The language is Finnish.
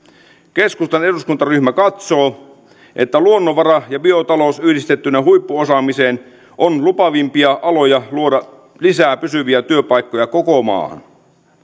keskustan eduskuntaryhmä katsoo että luonnonvara ja biotalous yhdistettynä huippuosaamiseen on lupaavimpia aloja luoda lisää pysyviä työpaikkoja koko maahan